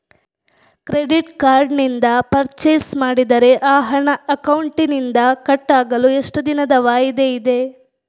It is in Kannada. ಕ್ರೆಡಿಟ್ ಕಾರ್ಡ್ ನಿಂದ ಪರ್ಚೈಸ್ ಮಾಡಿದರೆ ಆ ಹಣ ಅಕೌಂಟಿನಿಂದ ಕಟ್ ಆಗಲು ಎಷ್ಟು ದಿನದ ವಾಯಿದೆ ಇದೆ?